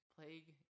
Plague